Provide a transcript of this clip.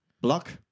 Block